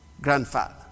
grandfather